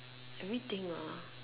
everything ah